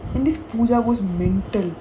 this pooja goes mental